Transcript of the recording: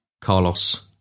Carlos